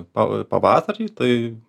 pa pavasarį tai